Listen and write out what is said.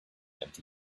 empty